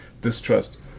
distrust